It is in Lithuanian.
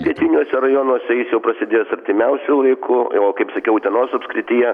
pietiniuose rajonuose jis jau prasidės artimiausiu laiku o kaip sakiau utenos apskrityje